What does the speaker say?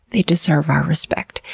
they deserve our respect.